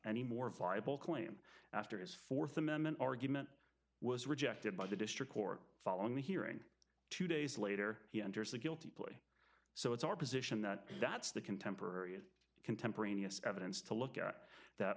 any more viable claim after his fourth amendment argument was rejected by the district court following the hearing two days later he enters a guilty plea so it's our position that that's the contemporary contemporaneous evidence to look at that